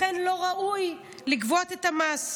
לכן לא ראוי לגבות את המס.